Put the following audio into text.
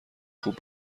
خوب